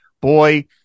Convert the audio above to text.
boy